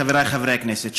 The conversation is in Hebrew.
חבריי חברי הכנסת,